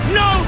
no